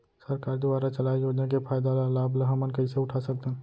सरकार दुवारा चलाये योजना के फायदा ल लाभ ल हमन कइसे उठा सकथन?